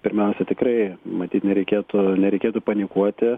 pirmiausia tikrai matyt nereikėtų nereikėtų panikuoti